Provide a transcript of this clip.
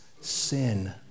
sin